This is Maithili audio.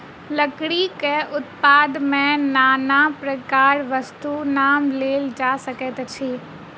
लकड़ीक उत्पाद मे नाना प्रकारक वस्तुक नाम लेल जा सकैत अछि